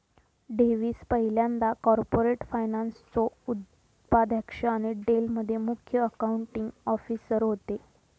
Davis पयल्यांदा corporate फायनान्सचो उपाध्यक्ष आणि डेल मध्ये मुख्य अकाउंटींग ऑफिसर होते